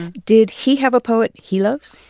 and did he have a poet he loves?